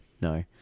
no